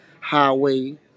Highway